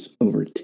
over